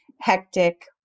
hectic